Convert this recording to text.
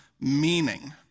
meaning